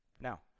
Now